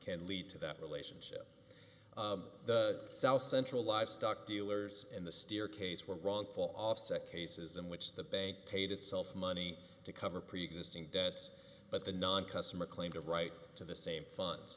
can lead to that relationship the south central livestock dealers in the stair case were wrong offset cases in which the bank paid itself money to cover preexisting debts but the non customer claimed a right to the same funds